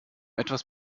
etwas